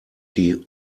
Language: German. die